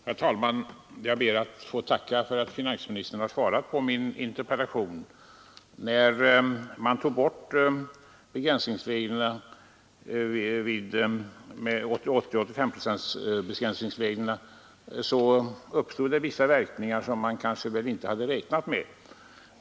Herr talman! Jag ber att få tacka för att finansministern har svarat på min interpellation. 101 När man tog bort 80—85-procentsbegränsningsreglerna fick det vissa verkningar som man kanske inte hade räknat med.